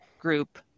group